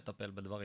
לטפל בדברים.